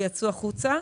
ויצאו החוצה.